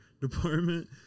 department